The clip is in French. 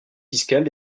fiscales